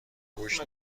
گوشت